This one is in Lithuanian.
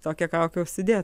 tokią kaukę užsidė